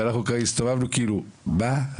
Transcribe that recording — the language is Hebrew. ואנחנו הסתובבנו כאילו מה?